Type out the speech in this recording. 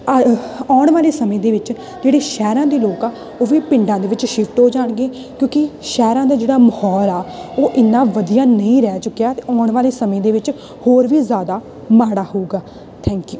ਆ ਆਉਣ ਵਾਲੇ ਸਮੇਂ ਦੇ ਵਿੱਚ ਜਿਹੜੇ ਸ਼ਹਿਰਾਂ ਦੇ ਲੋਕ ਆ ਉਹ ਵੀ ਪਿੰਡਾਂ ਦੇ ਵਿੱਚ ਸ਼ਿਫਟ ਹੋ ਜਾਣਗੇ ਕਿਉਂਕਿ ਸ਼ਹਿਰਾਂ ਦਾ ਜਿਹੜਾ ਮਾਹੌਲ ਆ ਉਹ ਇੰਨਾ ਵਧੀਆ ਨਹੀਂ ਰਹਿ ਚੁੱਕਿਆ ਅਤੇ ਆਉਣ ਵਾਲੇ ਸਮੇਂ ਦੇ ਵਿੱਚ ਹੋਰ ਵੀ ਜ਼ਿਆਦਾ ਮਾੜਾ ਹੋਊਗਾ ਥੈਂਕ ਯੂ